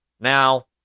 Now